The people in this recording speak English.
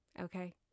Okay